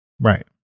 Right